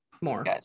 more